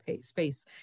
space